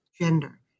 gender